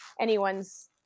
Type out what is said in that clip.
anyone's